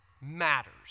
matters